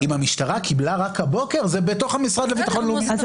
אם המשטרה קבלה רק הבוקר זה בתוך המשרד לביטחון לאומי.